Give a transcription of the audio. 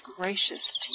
gracious